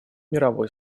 мировой